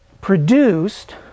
produced